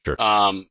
Sure